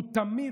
הוא תמיד,